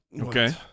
Okay